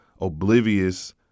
oblivious